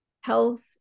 health